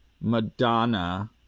Madonna